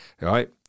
right